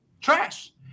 trash